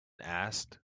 asked